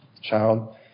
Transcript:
child